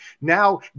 Now